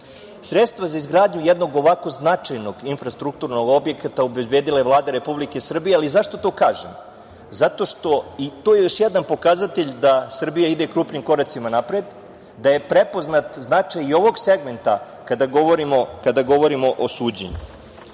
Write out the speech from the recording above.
regiona. Sredstva za izgradnju jednog ovako značajnog infrastrukturnog objekta obezbedila je Vlada Republike Srbije. Zašto to kažem? Zato što, i to je još jedan pokazatelj da Srbija ide krupnim koracima napred, da je prepoznat značaj ovog segmenta kada govorimo o suđenju.